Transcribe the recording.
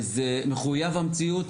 זה מחויב במציאות,